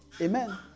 Amen